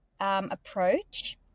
approach